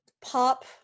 pop